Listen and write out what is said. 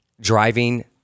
driving